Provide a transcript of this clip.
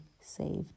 saved